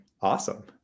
awesome